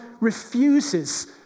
refuses